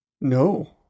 No